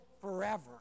forever